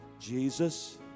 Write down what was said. Jesus